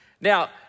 Now